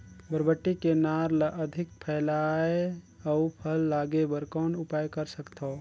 बरबट्टी के नार ल अधिक फैलाय अउ फल लागे बर कौन उपाय कर सकथव?